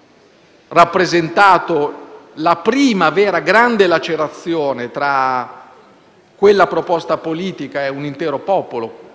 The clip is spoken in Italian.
- hanno rappresentato la prima vera, grande lacerazione tra quella proposta politica e un intero popolo.